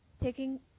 taking